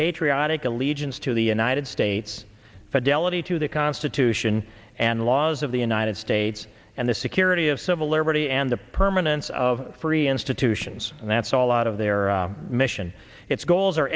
patriotic allegiance to the united states fidelity to the constitution and laws of the united states and the security of civil liberty and the permanence of free institutions and that's all out of their mission its goals are